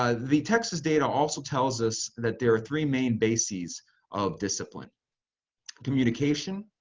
ah the texas data also tells us that there are three main bases of discipline communication,